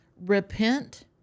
Repent